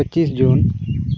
ᱯᱚᱸᱪᱤᱥ ᱡᱩᱱ